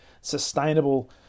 sustainable